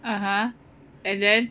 (uh huh) and then